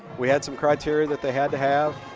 we had some criteria that they had to have.